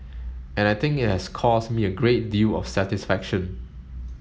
and I think it has caused me a great deal of satisfaction